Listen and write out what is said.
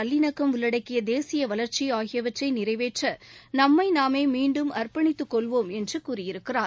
நல்லிணக்கம் உள்ளடக்கிய தேசிய வளர்ச்சி ஆகியவற்றை நிறைவேற்ற நம்மை நாமே மீண்டும் அர்ப்பணித்துக் கொள்வோம் என்று கூறியிருக்கிறார்